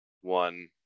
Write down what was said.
one